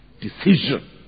decision